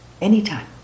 Anytime